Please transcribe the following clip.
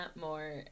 more